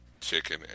chicken